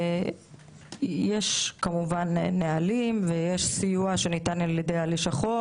יש כמובן נהלים ויש סיוע שניתן על ידי הלשכות,